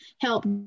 help